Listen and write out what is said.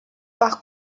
par